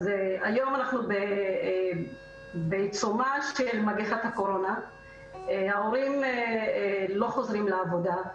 היום אנחנו בעיצומה של מגפת הקורונה וההורים לא חוזרים לעבודה,